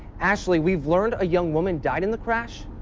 actually we've learned a young woman died in the crash.